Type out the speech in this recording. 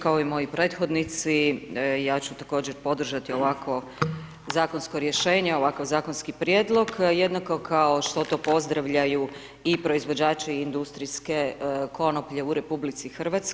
Kao i moji prethodnici, ja ću također podržati ovakvo zakonsko rješenje, ovakav zakonski prijedlog, jednako kao što to pozdravljaju i proizvođači industrijske konoplje u RH.